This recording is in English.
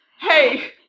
hey